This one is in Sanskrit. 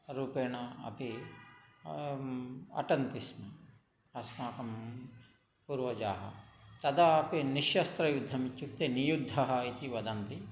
रूपेण अपि अटन्ति स्म अस्माकं पूर्वजाः तदापि निश्शस्त्रयुद्धम् इत्युक्ते नियुद्धम् इति वदन्ति